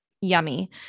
yummy